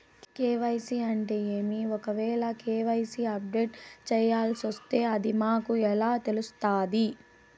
KYC అంటే ఏమి? ఒకవేల కె.వై.సి అప్డేట్ చేయాల్సొస్తే అది మాకు ఎలా తెలుస్తాది?